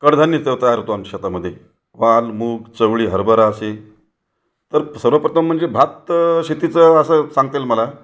कडधान्य त् तयार होतो आमच्या शेतामध्ये वाल मूग चवळी हरभरा असे तर सर्वप्रथम म्हणजे भात शेतीचं असं सांगता येईल मला